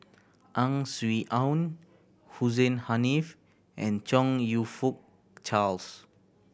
Ang Swee Aun Hussein Haniff and Chong You Fook Charles